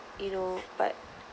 you know but